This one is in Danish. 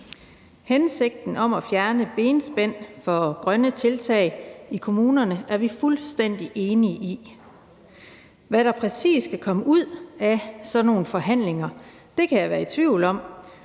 Hensigten med at fjerne benspænd for grønne tiltag i kommunerne er vi fuldstændig enige i. Hvad der præcis skal komme ud af sådan nogle forhandlinger, kan jeg være i tvivl om,